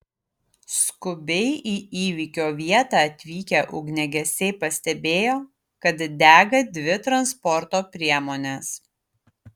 skubiai į įvykio vietą atvykę ugniagesiai pastebėjo kad dega dvi transporto priemonės